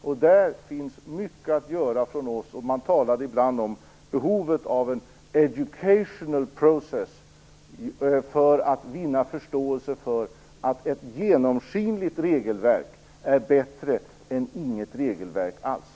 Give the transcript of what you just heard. Och där finns mycket att göra för oss. Man talade ibland om behovet av en educational process för att vinna förståelse för att ett genomskinligt regelverk är bättre än inget regelverk alls.